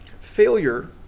failure